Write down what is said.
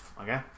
Okay